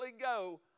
go